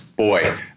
boy